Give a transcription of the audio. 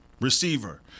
receiver